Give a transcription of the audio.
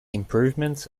improvements